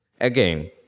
Again